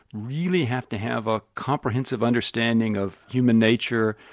really have to have a comprehensive understanding of human nature,